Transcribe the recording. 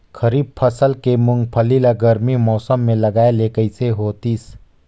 खरीफ फसल के मुंगफली ला गरमी मौसम मे लगाय ले कइसे होतिस?